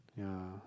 yeah